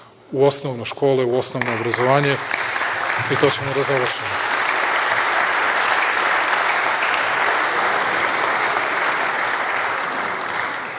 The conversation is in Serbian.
u osnove škole, u osnovno obrazovanje i to ćemo da završimo. Da